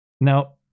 now